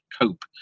cope